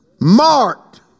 marked